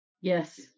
Yes